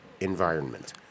environment